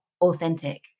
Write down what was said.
authentic